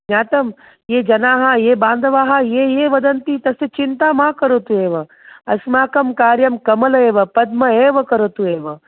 ज्ञातं ये जनाः ये बान्धवाः ये ये वदन्ति तस्य चिन्ता मा करोतु एव अस्माकं कार्यं कमलमिव पद्ममिव करोतु एव